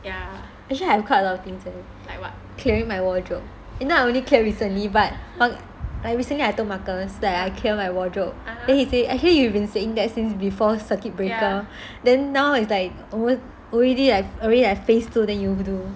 actually I quite a lot of things leh clearing my wardrobe you know I only clear recently but like recently I told marcus that I cleared my wardrobe then he say actually you've been saying that since before circuit breaker then now it's like almost already already like phase two then you do